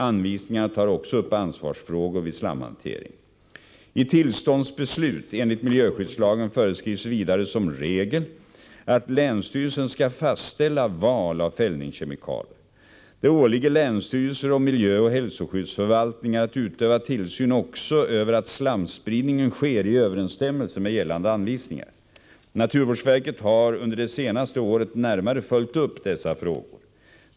Anvisningarna tar också upp ansvarsfrågor vid slamhantering. I tillståndsbeslut enligt miljöskyddslagen föreskrivs vidare som regel att länsstyrelsen skall fastställa val av fällningskemikalier. Det åligger länsstyrelser och miljöoch hälsoskyddsförvaltningar att utöva tillsyn också över att slamspridningen sker i överensstämmelse med gällande anvisningar. Naturvårdsverket har under det senaste året närmare följt upp dessa frågor.